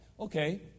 Okay